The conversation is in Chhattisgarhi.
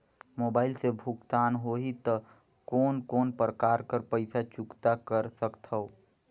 मोबाइल से भुगतान होहि त कोन कोन प्रकार कर पईसा चुकता कर सकथव?